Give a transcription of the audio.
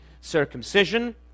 circumcision